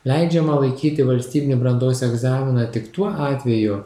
leidžiama laikyti valstybinį brandos egzaminą tik tuo atveju